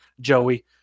Joey